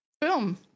boom